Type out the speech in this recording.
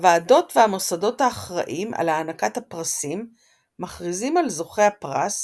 הוועדות והמוסדות האחראים על הענקת הפרסים מכריזים על זוכי הפרס